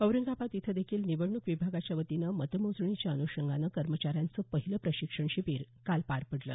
औरंगाबाद इथं देखील निवडणूक विभागाच्यावतीनं मतमोजणीच्या अनुषंगानं कर्मचाऱ्यांचं पहिलं प्रशिक्षण शिबीर काल पार पडलं